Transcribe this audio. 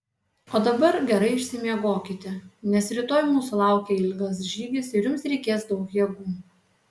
o dabar gerai išsimiegokite nes rytoj mūsų laukia ilgas žygis ir jums reikės daug jėgų